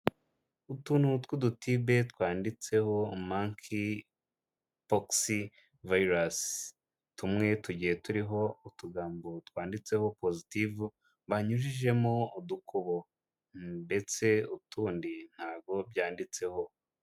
Utuntu tw'udutibe twanditseho Manki pokisi vayirasi, tumwe tugiye turiho utugambo twanditseho pozitivu banyujijemo udukubo ndetse utundi ntabwo byanditseho.